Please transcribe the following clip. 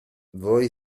voi